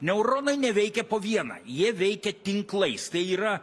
neuronai neveikia po vieną jie veikia tinklais tai yra